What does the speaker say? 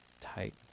tight